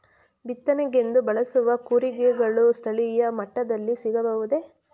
ಬಿತ್ತನೆಗೆಂದು ಬಳಸುವ ಕೂರಿಗೆಗಳು ಸ್ಥಳೀಯ ಮಟ್ಟದಲ್ಲಿ ಸಿಗಬಹುದೇ?